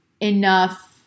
enough